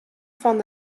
fan